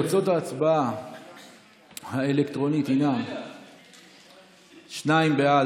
תוצאות ההצבעה האלקטרונית הן שניים בעד,